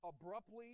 abruptly